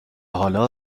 حالا